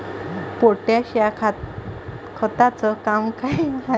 Potash या खताचं काम का हाय?